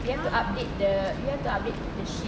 you have to update the you have to update the shit